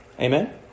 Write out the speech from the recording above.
Amen